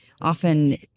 often